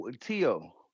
Tio